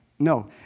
No